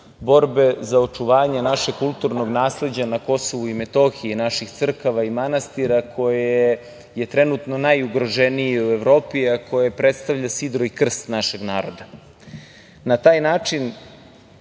borbe za očuvanje našeg kulturnog nasleđa na Kosovu i Metohiji, naših crkava i manastira koje je trenutno najugroženije u Evropi, a koje predstavlja sidro i krst našeg naroda. Na taj način